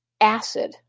acid